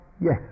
yes